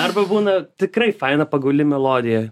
arba būna tikrai faina pagauli melodija